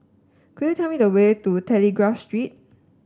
could you tell me the way to Telegraph Street